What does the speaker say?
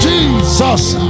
Jesus